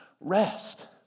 rest